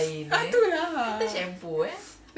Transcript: ha tu lah